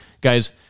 guys